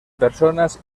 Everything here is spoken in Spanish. personas